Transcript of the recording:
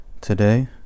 today